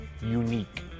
unique